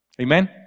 Amen